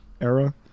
era